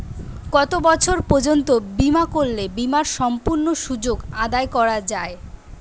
কত বছর পর্যন্ত বিমা করলে বিমার সম্পূর্ণ সুযোগ আদায় করা য়ায়?